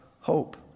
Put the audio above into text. hope